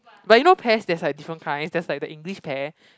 but you know pears there is like different kinds there's like the English pear